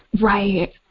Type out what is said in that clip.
Right